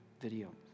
video